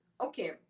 okay